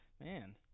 Man